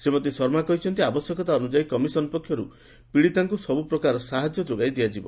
ଶ୍ରୀମତୀ ଶର୍ମା କହିଛନ୍ତି ଆବଶ୍ୟକତା ଅନୁଯାୟୀ କମିଶନ୍ ପକ୍ଷରୁ ପିଡ଼ିତାଙ୍କୁ ସବୁ ପ୍ରକାର ସାହାଯ୍ୟ ଯୋଗାଇ ଦିଆଯିବ